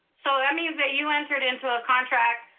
so that means that you entered into a contract,